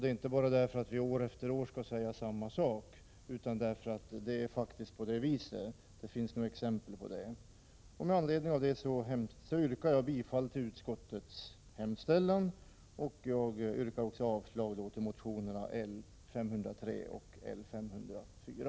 Det är inte bara för att vi år efter år skall säga samma sak som vi gör detta uttalande, utan det finns faktiskt exempel på att lånemöjligheterna är goda. Med anledning därav yrkar jag bifall till utskottets hemställan och avslag på motionerna L503 och L504.